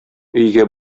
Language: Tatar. өйгә